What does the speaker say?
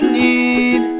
need